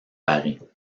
paris